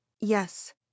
Yes